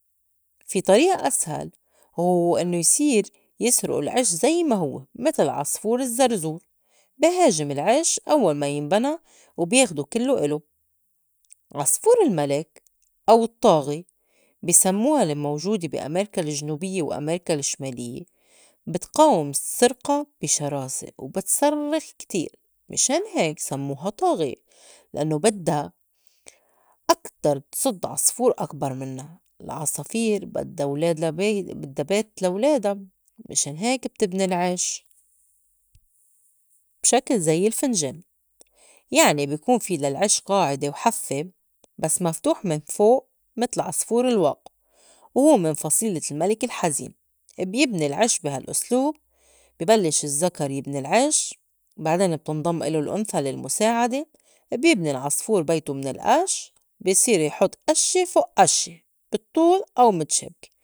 في طريقة أسهل وهوّ إنّو يصير يسرُق العش زي ما هوّ متل عصفور الزّرزور بي هاجم العِش أوّل ما ينبنى وبياخدو كلّو إلو. عصفور الملِك أو الطّاغي بي سمّوا الموجودة بي أميركا الجنوبيّة وأميركا الشماليّة بتقاوم السِّرقة بي شراسة وبتصرّخ كتير مِشان هيك سمّوها طّاغية لأنّو بدّا أكتر تصُد عصفور أكبر منّا. العصافير بدّا ولاد لا بي بدّا بيت لا ولادا مِشان هيك بتبني العش بشكل زي الفنجان يعني بي كون في للعش قاعِدة وحفّة بس مفتوحة من فوق متل عصفور الواق وهوّ من فصيلة الملِك الحزين بيبني العش بي هالأسلوب بي بلّش الذكر يبني العش بعدين بتنضم إلو الأنثى للمُساعدة بيبني العصفور بيتو من القش بصير يحط قشّة فوق قشّة بالطّول أو متشابكة.